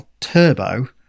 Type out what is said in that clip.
Turbo